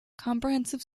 comprehensive